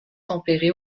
tempérées